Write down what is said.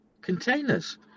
containers